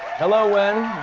hello wen,